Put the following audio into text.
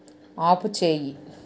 ఆపుచేయి